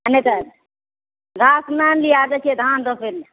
आ नहि तऽ नहा सुना कऽ जाइ छी धान रोपै लए